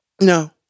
No